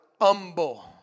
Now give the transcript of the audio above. humble